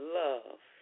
love